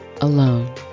alone